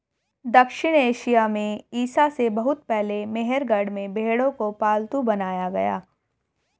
दक्षिण एशिया में ईसा से बहुत पहले मेहरगढ़ में भेंड़ों को पालतू बनाया गया